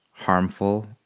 harmful